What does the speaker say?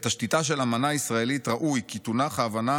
"בתשתיתה של האמנה הישראלית ראוי כי תונח ההבנה